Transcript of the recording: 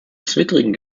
zwittrigen